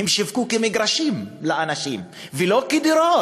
הם שיווקו כמגרשים לאנשים ולא כדירות.